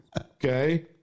Okay